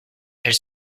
elle